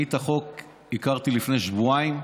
אני, את החוק הכרתי לפני שבועיים.